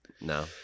No